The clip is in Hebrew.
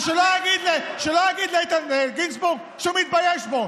ושלא יגיד לאיתן גינזבורג שהוא מתבייש בו,